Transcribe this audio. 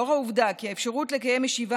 לאור העובדה כי האפשרות לקיים ישיבה